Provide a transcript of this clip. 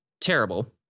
terrible